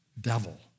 devil